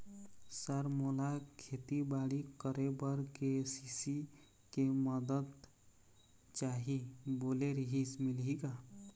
Sir मोला खेतीबाड़ी करेबर के.सी.सी के मंदत चाही बोले रीहिस मिलही का?